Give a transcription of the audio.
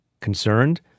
concerned